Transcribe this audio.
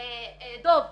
דב חנין.